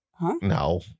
No